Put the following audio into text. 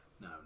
No